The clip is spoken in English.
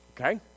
Okay